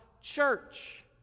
church